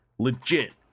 legit